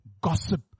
gossip